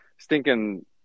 Stinking